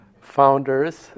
founders